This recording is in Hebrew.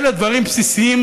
אלה דברים בסיסיים,